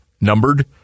numbered